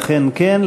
אכן כן.